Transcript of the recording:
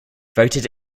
voted